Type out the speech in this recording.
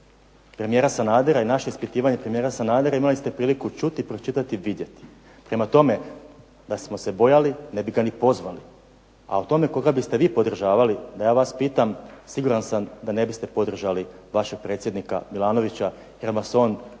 premijera Sanadera, i naše ispitivanje premijera Sanadera, imali ste priliku čuti, pročitati i vidjeti. Prema tome, da smo se bojali ne bi ga ni pozvali, a o tome koga biste vi podržavali da ja vas pitam siguran sam da ne biste podržali vašeg predsjednika Milanovića jer vas on